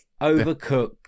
overcooked